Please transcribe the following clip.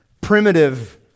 Primitive